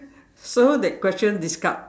so that question discard